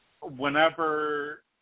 whenever